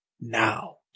now